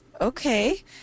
okay